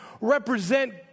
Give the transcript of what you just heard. represent